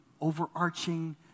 overarching